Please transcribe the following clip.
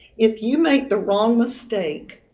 if you make the wrong mistake,